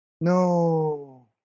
no